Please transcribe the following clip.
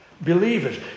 believers